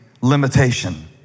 Limitation